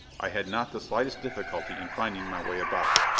i had not the slightest difficulty in finding my way about.